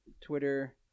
Twitter